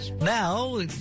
now